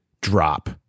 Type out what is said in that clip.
drop